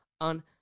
on